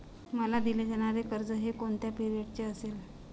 मला दिले जाणारे कर्ज हे कोणत्या पिरियडचे असेल?